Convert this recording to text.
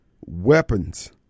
weapons